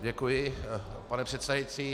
Děkuji, pane předsedající.